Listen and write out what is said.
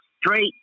straight